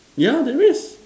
yeah there is